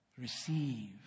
receive